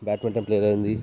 badminton player అయ్యింది